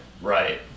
Right